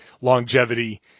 longevity